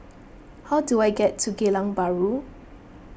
how do I get to Geylang Bahru